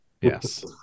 Yes